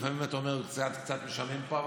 לפעמים אתה אומר: קצת קצת משנים פה,